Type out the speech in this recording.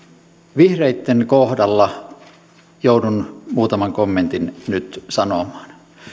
vihreitten kohdalla joudun muutaman kommentin nyt sanomaan